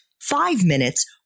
five-minutes